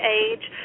age